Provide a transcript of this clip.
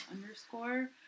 underscore